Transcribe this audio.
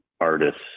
artists